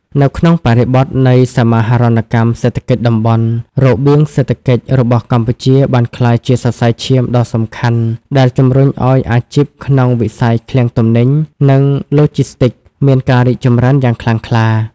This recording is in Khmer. នៅក្នុងបរិបទនៃសមាហរណកម្មសេដ្ឋកិច្ចតំបន់ របៀងសេដ្ឋកិច្ចរបស់កម្ពុជាបានក្លាយជាសរសៃឈាមដ៏សំខាន់ដែលជំរុញឱ្យអាជីពក្នុងវិស័យឃ្លាំងទំនិញ និងឡូជីស្ទីកមានការរីកចម្រើនយ៉ាងខ្លាំងក្លា។